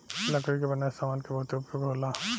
लकड़ी के बनल सामान के बहुते उपयोग होला